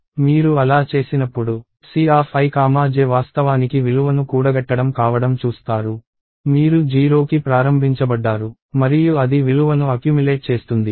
మీరు అలా చేసినప్పుడు Cij వాస్తవానికి విలువను కూడగట్టడం కావడం చూస్తారు మీరు 0కి ప్రారంభించబడ్డారు మరియు అది విలువను అక్యుమిలేట్ చేస్తుంది